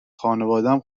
خانوادم